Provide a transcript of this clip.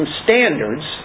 standards